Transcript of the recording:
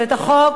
שאת החוק